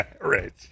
Right